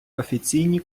офіційні